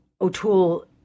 O'Toole